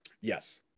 Yes